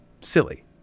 silly